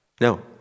No